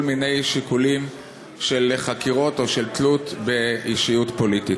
מיני שיקולים של חקירות או של תלות באישיות פוליטית?